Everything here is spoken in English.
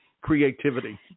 Creativity